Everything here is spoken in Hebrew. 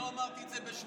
אני לא אמרתי את זה בשמו.